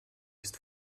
ist